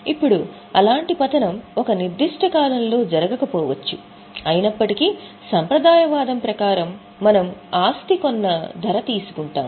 ఇప్పుడు అలాంటి పతనం ఒక నిర్దిష్ట కాలంలో జరగకపోవచ్చు అయినప్పటికీ సంప్రదాయవాదం ప్రకారం మనము ఆస్తి కొన్న ధర తీసుకుంటాము